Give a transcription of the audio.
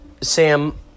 Sam